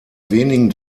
wenigen